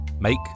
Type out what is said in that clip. Make